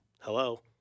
Hello